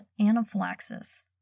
anaphylaxis